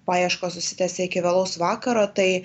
paieškos užsitęsė iki vėlaus vakaro tai